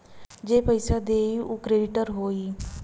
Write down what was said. जे पइसा देई उ क्रेडिटर होई